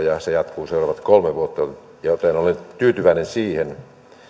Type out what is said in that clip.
ja se jatkuu seuraavat kolme vuotta joten olen tyytyväinen siihen mutta